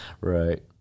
Right